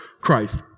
Christ